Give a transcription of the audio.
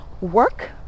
work